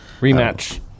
Rematch